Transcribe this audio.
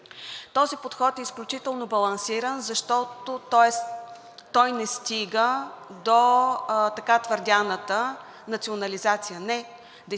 Този подход е изключително балансиран, защото той не стига до така твърдяната национализация. Не,